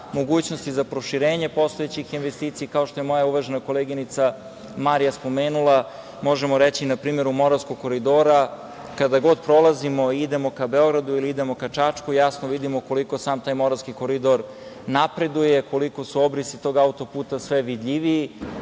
mogućnosti za proširenje postojećih investicija, kao što je moja uvažena koleginica Marija spomenula, možemo reći, na primer, od Moravskog koridora. Kada god prolazimo i idemo ka Beogradu ili idemo ka Čačku jasno vidimo koliko sam taj Moravski koridor napreduje, koliko su obrisi tog auto-puta sve vidljiviji.